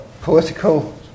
political